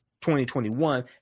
2021